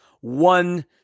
one